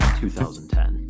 2010